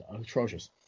atrocious